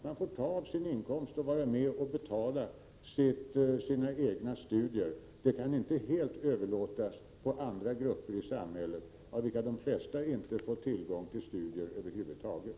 Han får ta av sin inkomst och vara med och betala sina egna studier. Detta kan inte helt överlåtas på andra grupper i samhället av vilka de flesta inte får tillgång till högre studier över huvud taget.